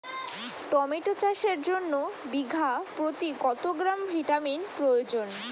Tomato চাষের জন্য বিঘা প্রতি কত গ্রাম ভিটামিন প্রয়োজন?